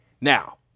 now